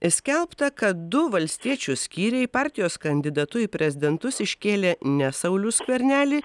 skelbta kad du valstiečių skyriai partijos kandidatu į prezidentus iškėlė ne saulių skvernelį